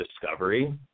discovery